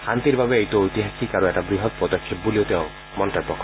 শান্তিৰ বাবে এইটো ঐতিহাসিক আৰু এটা বৃহৎ পদক্ষেপ বুলিও তেওঁ মন্তব্য কৰে